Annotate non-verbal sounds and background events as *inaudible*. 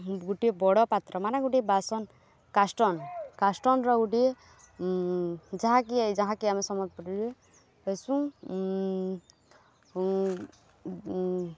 ଗୋଟିଏ ବଡ଼ ପାତ୍ର ମାନେ ଗୋଟିଏ ବାସନ କାଷ୍ଟନ କାଷ୍ଟନର ଗୋଟିଏ ଯାହାକି ଯାହାକି ଆମେ *unintelligible*